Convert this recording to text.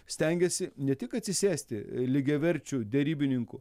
stengėsi ne tik atsisėsti lygiaverčiu derybininku